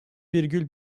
virgül